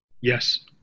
yes